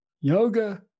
yoga